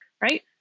right